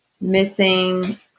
missing